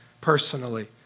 personally